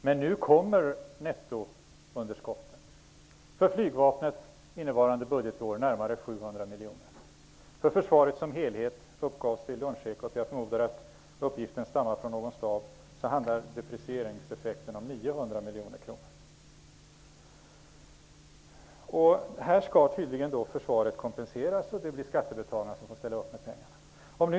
Men nu kommer nettounderskotten: för flygvapnet innevarande budgetår närmare 700 miljoner kronor och för försvaret som helhet enligt Ekot -- jag förmodar att uppgifterna härstammar från någon stab -- 900 miljoner kronor. Här skall försvaret tydligen kompenseras. Det är skattebetalarna som får ställa upp.